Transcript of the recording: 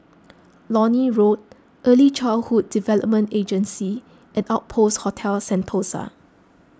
Lornie Road Early Childhood Development Agency and Outpost Hotel Sentosa